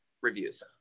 reviews